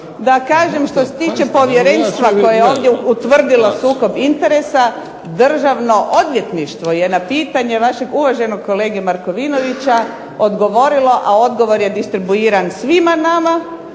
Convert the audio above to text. da kažem što se tiče povjerenstva koje je ovdje utvrdilo sukob interesa, Državno odvjetništvo je na pitanje vašeg uvaženog kolege Markovinovića, odgovorilo a odgovor je distribuiran svima nama,